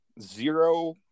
zero